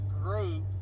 group